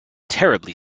terribly